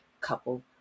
couple